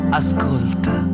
ascolta